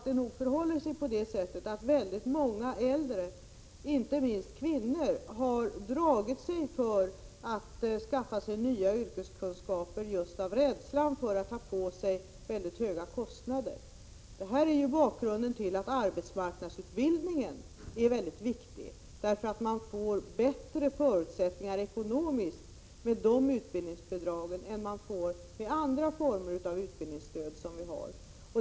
Det förhåller sig nog så att väldigt många äldre, inte minst kvinnor, har dragit sig för att skaffa sig nya yrkeskunskaper just av rädsla för att dra på sig höga kostnader. Det är en bakgrund till att arbetsmarknadsutbildningen är mycket viktig. Man får bättre förutsättningar ekonomiskt med de utbildningsbidragen än man får med andra former av utbildningsstöd.